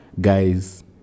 guys